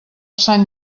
sant